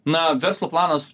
na verslo planas